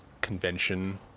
convention